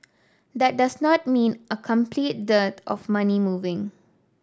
that does not mean a complete dearth of money moving